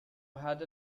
had